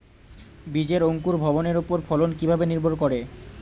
বীজের অঙ্কুর ভবনের ওপর ফলন কিভাবে নির্ভর করে?